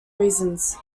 reasons